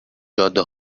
جاده